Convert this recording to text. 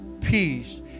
peace